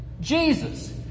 Jesus